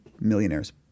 millionaires